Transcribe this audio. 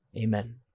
Amen